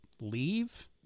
leave